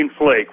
Flake